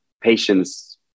Patience